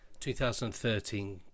2013